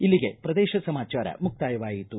ಇಲ್ಲಿಗೆ ಪ್ರದೇಶ ಸಮಾಚಾರ ಮುಕ್ತಾಯವಾಯಿತು